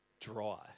dry